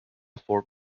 four